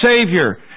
Savior